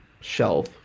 shelf